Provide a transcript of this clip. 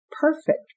perfect